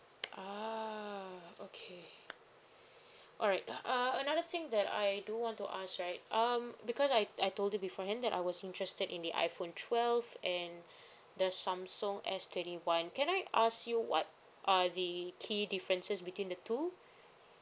ah okay alright uh another thing that I do want to ask right um because I I told you beforehand that I was interested in the iphone twelve and the samsung S twenty one can I ask you what are the key differences between the two